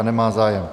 Nemá zájem.